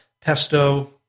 pesto